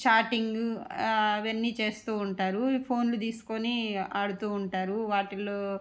chatting అవన్నీ చేస్తు ఉంటారు ఫోన్లు తీసుకుని ఆడుతు ఉంటారు వాటిలలో